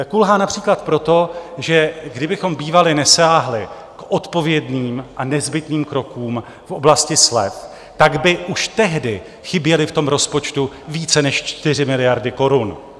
Kulhá například proto, že kdybychom bývali nesáhli k odpovědným a nezbytným krokům v oblasti slev, tak by už tehdy chyběly v tom rozpočtu více než 4 miliardy korun.